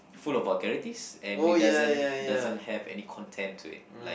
full of vulgarities and it doesn't doesn't have any content to it like